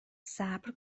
صبر